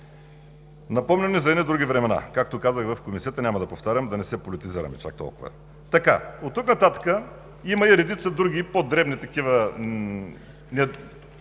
Напомня ми за едни други времена, както казах в Комисията, няма да повтарям, да не се политизираме чак толкова. Оттук нататък има и редица други, по-дребни такива